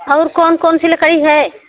और कौन कौन सी लकड़ी है